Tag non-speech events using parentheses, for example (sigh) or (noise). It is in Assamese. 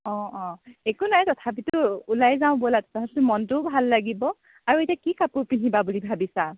অ অ একো নাই তথাপিতো ওলাই যাওঁ ব'লা (unintelligible) মনটোও ভাল লাগিব আৰু এতিয়া কি কাপোৰ পিন্ধিবা বুলি ভাবিছা